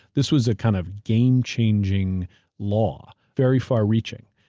this was a kind of game changing law. very far reaching.